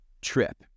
trip